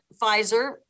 Pfizer